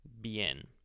bien